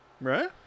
Right